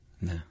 No